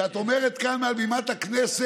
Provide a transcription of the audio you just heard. את אומרת כאן, מעל בימת הכנסת: